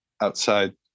outside